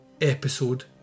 episode